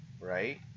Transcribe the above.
right